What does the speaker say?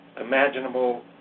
imaginable